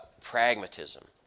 Pragmatism